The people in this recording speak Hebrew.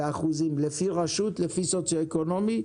לפי רשות, לפי מצב סוציו-אקונומי,